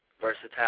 versatile